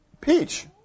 peach